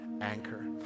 anchor